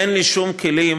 אין לי שום כלים,